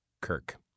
Kirk